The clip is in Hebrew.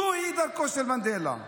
זוהי דרכו של מנדלה.